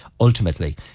Ultimately